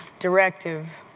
directive.